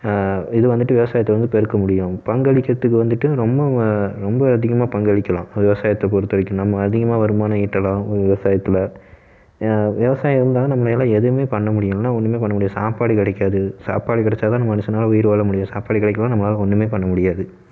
இது வந்துட்டு விவசாயத்தை வந்து பெருக்க முடியும் பங்களிக்கிறதுக்கு வந்துட்டு ரொம்ப ரொம்ப அதிகமாக பங்களிக்கலாம் விவசாயத்தை பொறுத்த வரைக்கும் நம்ம அதிகமாக வருமானம் ஈட்டலாம் விவசாயத்தில் விவசாயம் இருந்தால்தான் நம்மளால் எதுவுமே பண்ண முடியும் இல்லைனா ஒன்றுமே பண்ண முடியாது சாப்பாடு கிடைக்காது சாப்பாடு கிடைச்சாதான் மனுஷனால் உயிர் வாழ முடியும் சாப்பாடு கிடைக்கலன்னா நம்மளால் ஒன்றுமே பண்ண முடியாது